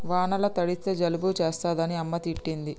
వానల తడిస్తే జలుబు చేస్తదని అమ్మ తిట్టింది